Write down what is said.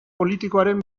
politikoaren